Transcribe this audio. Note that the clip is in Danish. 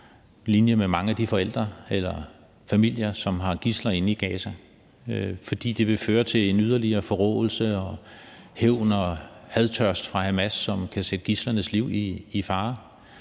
på linje med mange af de forældre eller familier, som har gidsler inde i Gaza. For det vil føre til en yderligere forråelse, hævn og hadtørst fra Hamas' side, som kan sætte gidslernes liv i fare.